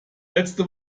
letzte